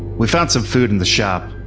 we found some food in the shop.